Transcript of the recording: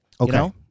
Okay